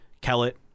kellett